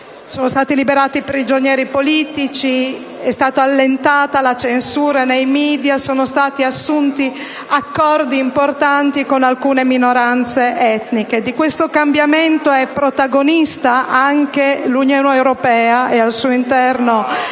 sono stati liberati prigionieri politici, è stata allentata la censura nei *media* e sono stati assunti accordi importanti con alcune minoranze etniche. Di questo cambiamento è protagonista anche l'Unione europea e al suo interno